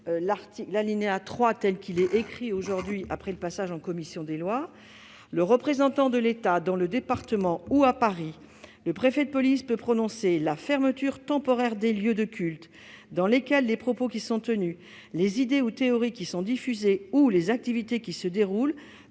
l'alinéa 3 tel qu'il est rédigé après l'examen par la commission des lois :« Le représentant de l'État dans le département ou, à Paris, le préfet de police peut prononcer la fermeture temporaire des lieux de culte dans lesquels les propos qui sont tenus, les idées ou théories qui sont diffusées ou les activités qui se déroulent